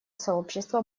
сообщество